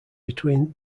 between